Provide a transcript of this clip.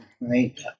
right